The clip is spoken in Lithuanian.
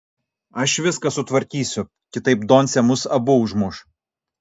aš viską sutvarkysiu kitaip doncė mus abu užmuš